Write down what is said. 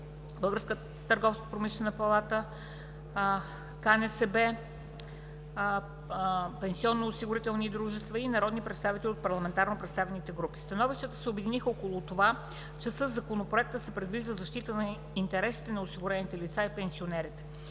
Българската търговско-промишлена палата, КНСБ, пенсионно-осигурителни дружества и народни представители от парламентарно представените групи. Становищата се обединиха около това, че със Законопроекта се предвижда защита на интересите на осигурените лица и пенсионерите.